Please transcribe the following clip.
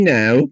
now